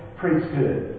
priesthood